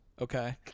okay